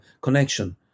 connection